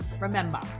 remember